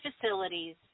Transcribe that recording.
facilities